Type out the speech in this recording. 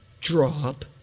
drop